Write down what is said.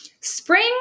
Spring